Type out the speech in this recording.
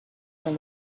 from